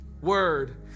Word